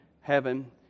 heaven